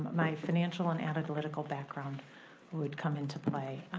my financial and analytical background would come into play.